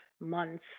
months